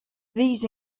these